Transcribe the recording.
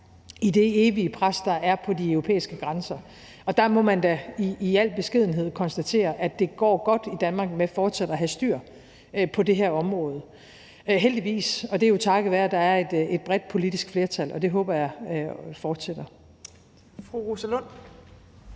i det evige pres, der er på de europæiske grænser. Og der må man da i al beskedenhed konstatere, at det går godt i Danmark med fortsat at have styr på det her område – heldigvis – og det er jo takket være, at der er et bredt politisk flertal, og det håber jeg fortsætter.